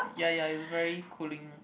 ya ya is very cooling